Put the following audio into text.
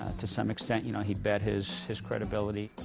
to some extent you know he bet his his credibility.